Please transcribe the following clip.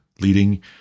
leading